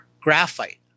graphite